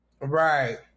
Right